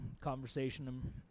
conversation